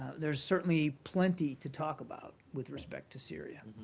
there's certainly plenty to talk about with respect to syria.